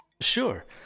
Sure